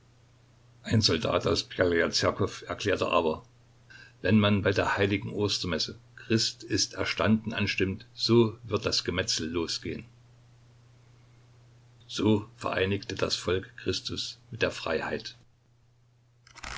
ein soldat aus bjelaja zerkow erklärte aber wenn man bei der heiligen ostermesse christ ist erstanden anstimmt so wird das gemetzel losgehen so vereinigte das volk christus mit der freiheit